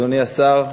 אדוני השר,